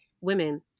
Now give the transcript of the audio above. women